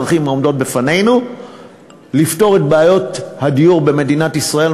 מה הדרכים העומדות בפנינו לפתור את בעיות הדיור במדינת ישראל,